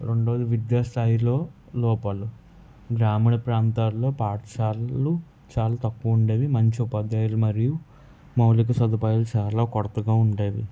రెండోది విద్యాస్థాయిలో లోపలు గ్రామీణ ప్రాంతాలలో పాఠశాలలు చాలా తక్కువ ఉండేవి మంచి ఉపాధ్యాయులు మరియు మౌలిక సదుపాయాలు చాలా కొరతగా ఉండేవి